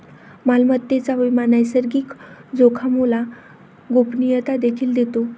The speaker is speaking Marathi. मालमत्तेचा विमा नैसर्गिक जोखामोला गोपनीयता देखील देतो